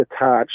attached